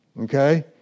Okay